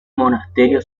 monasterio